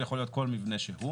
הוא יכול להיות כל מבנה שהוא,